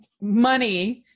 money